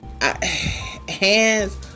hands